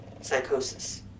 Psychosis